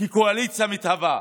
כקואליציה מתהווה.